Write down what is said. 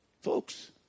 Folks